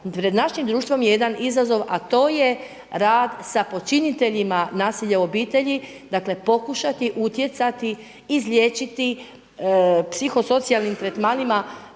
pred našim društvom je jedan izazov, a to je rad sa počiniteljima nasilja u obitelji, dakle pokušati utjecati izliječiti psihosocijalnim tretmanima